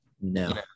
No